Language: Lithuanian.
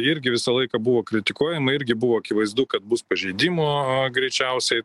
irgi visą laiką buvo kritikuojama irgi buvo akivaizdu kad bus pažeidimų greičiausiai